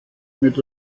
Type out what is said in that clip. mit